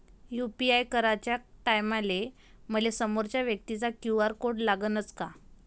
UPI कराच्या टायमाले मले समोरच्या व्यक्तीचा क्यू.आर कोड लागनच का?